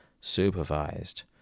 supervised